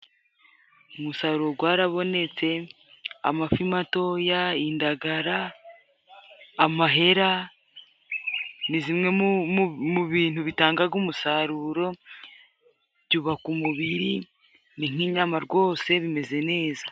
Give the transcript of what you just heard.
Umusaruro gwarabonetse: amafi matoya, indagara, amahera, ni zimwe mu bintu bitangaga umusaruro, byubaka umubiri ni nk'inyama rwose bimeze neza.